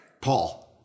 Paul